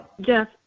Jeff